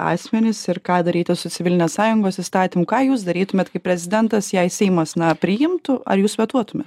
asmenis ir ką daryti su civilinės sąjungos įstatymu ką jūs darytumėt kaip prezidentas jei seimas na priimtų ar jūs vetuotumėt